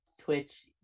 Twitch